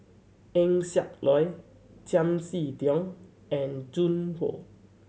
Eng Siak Loy Chiam See Tong and Joan Hon